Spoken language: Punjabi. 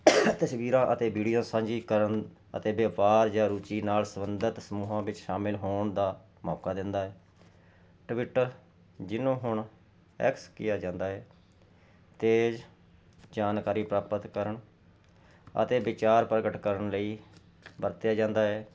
ਤਸਵੀਰਾਂ ਅਤੇ ਵੀਡੀਓ ਸਾਂਝੀ ਕਰਨ ਅਤੇ ਵਿਆਪਾਰ ਜਾਂ ਰੁਚੀ ਨਾਲ ਸੰਬੰਧਿਤ ਸਮੂਹਾਂ ਵਿੱਚ ਸ਼ਾਮਿਲ ਹੋਣ ਦਾ ਮੌਕਾ ਦਿੰਦਾ ਹੈ ਟਵਿਟਰ ਜਿਹਨੂੰ ਹੁਣ ਐਕਸ ਕਿਹਾ ਜਾਂਦਾ ਏ ਤੇਜ ਜਾਣਕਾਰੀ ਪ੍ਰਾਪਤ ਕਰਨ ਅਤੇ ਵਿਚਾਰ ਪ੍ਰਗਟ ਕਰਨ ਲਈ ਵਰਤਿਆ ਜਾਂਦਾ ਹੇ